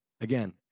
Again